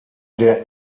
der